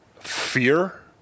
fear